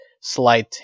slight